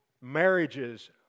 marriages